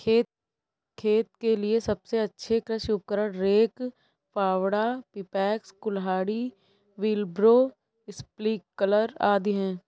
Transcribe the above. खेत के लिए सबसे अच्छे कृषि उपकरण, रेक, फावड़ा, पिकैक्स, कुल्हाड़ी, व्हीलब्रो, स्प्रिंकलर आदि है